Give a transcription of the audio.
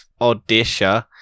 Odisha